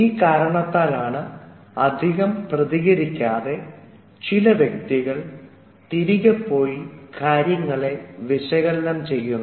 ഈ കാരണത്താലാണ് അധികം പ്രതികരിക്കാതെ ചില വ്യക്തികൾ തിരികെ പോയി കാര്യങ്ങളെ വിശകലനം ചെയ്യുന്നത്